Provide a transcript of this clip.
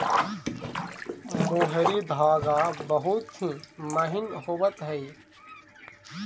मोहरी धागा बहुत ही महीन होवऽ हई